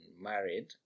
married